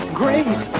great